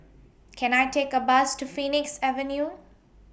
Can I Take A Bus to Phoenix Avenue